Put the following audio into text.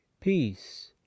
peace